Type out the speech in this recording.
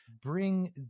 bring